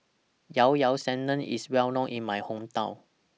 Llao Llao Sanum IS Well known in My Hometown